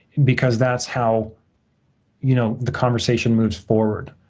because that's how you know the conversation moves forward.